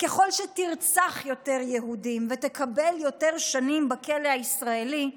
ככל שתרצח יותר יהודים ותקבל יותר שנים בכלא הישראלי,